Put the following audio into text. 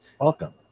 Welcome